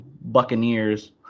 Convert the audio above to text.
buccaneers